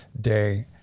day